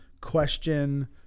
question